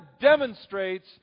demonstrates